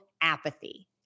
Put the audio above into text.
apathy